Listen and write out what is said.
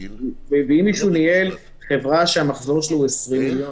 ואם מישהו ניהל חברה שהמחזור שלה הוא 20 מיליון?